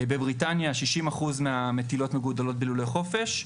בבריטניה 60% מהמטילות מגודלות בלולי חופש,